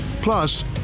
Plus